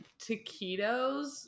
taquitos